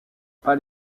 pas